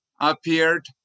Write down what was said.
appeared